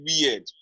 weird